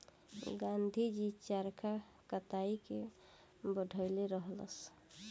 गाँधी जी चरखा कताई के बढ़इले रहस